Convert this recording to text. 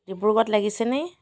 ডিব্ৰুগড়ত লাগিছেনে